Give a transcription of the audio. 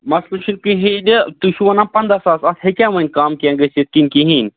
مَسلہٕ چھُ نہ کِہینۍ نہٕ تُہۍ چھو وَنان پنٛدہ ساس اَتھ ہیٚکیاہ وَنۍ کم کینٛہہ گٔژھِتھ کِنہٕ کِہیٖنۍ